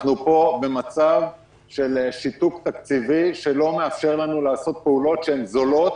אנחנו פה במצב של שיתוק תקציבי שלא מאפשר לנו לעשות פעולות שהן זולות,